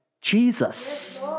Jesus